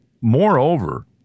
moreover